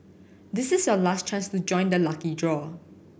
this is your last chance to join the lucky draw